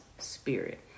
Spirit